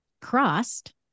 crossed